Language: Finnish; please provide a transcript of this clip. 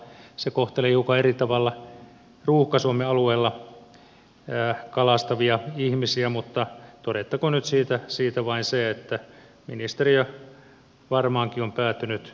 se kohtelee hiukan eri tavalla ruuhka suomen alueella kalastavia ihmisiä mutta todettakoon nyt siitä vain se että ministeriö varmaankin on päätynyt oikeanlaiseen ratkaisuun